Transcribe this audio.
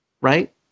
right